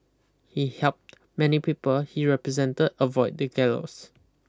he helped many people he represent avoid the gallows